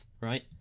right